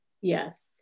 Yes